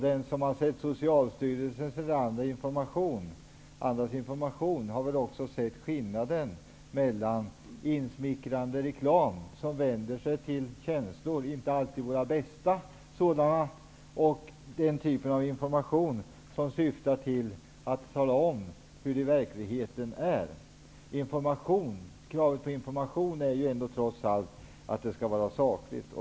Den som har sett Socialstyrelsens eller andras information har också sett skillnaden mellan insmickrande reklam, som vänder sig till känslor -- inte alltid våra bästa känslor --, och den typen av information som syftar till att tala om hur det är i verkligheten. Kravet på information är trots allt att den skall vara saklig.